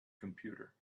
computer